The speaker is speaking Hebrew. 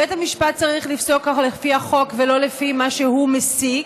בית המשפט צריך לפסוק לפי החוק ולא לפי מה שהוא מסיק,